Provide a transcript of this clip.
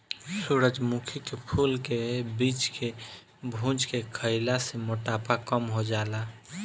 सूरजमुखी के फूल के बीज के भुज के खईला से मोटापा कम हो जाला